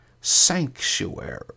sanctuary